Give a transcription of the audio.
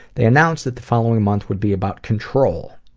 they announced that the following month would be about control.